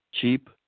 cheap